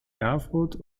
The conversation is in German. erfurt